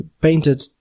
Painted